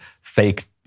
fake